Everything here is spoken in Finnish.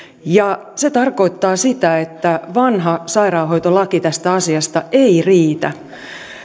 ja se tarkoittaa sitä että vanha sairaanhoitolaki tästä asiasta ei riitä